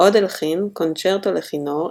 עוד הלחין קונצ׳רטו לכינור,